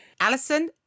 Alison